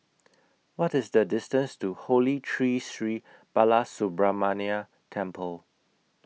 What IS The distance to Holy Tree Sri Balasubramaniar Temple